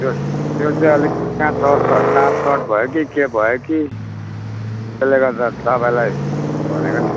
त्यो त्यो चाहिँ अलिक त्यहाँ तार सट तार सट भयो कि के भयो कि त्यसले गर्दा तपाईँलाई भनेको नि